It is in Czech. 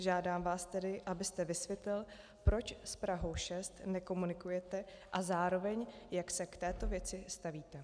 Žádám vás tedy, abyste vysvětlil, proč s Prahou 6 nekomunikujete, a zároveň, jak se k této věci stavíte.